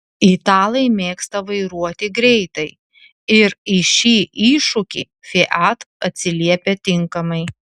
italai mėgsta vairuoti greitai ir į šį iššūkį fiat atsiliepia tinkamai